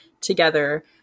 together